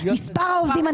מספר העובדים,